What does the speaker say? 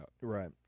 Right